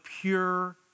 pure